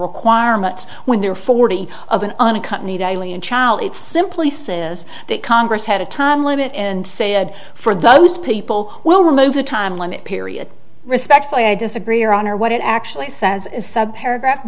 requirements when they're forty of an unaccompanied alien child it simply says that congress had a time limit and said for those people will remove the time limit period respectfully i disagree your honor what it actually says